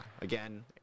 again